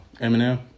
Eminem